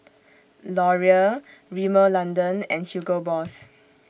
Laurier Rimmel London and Hugo Boss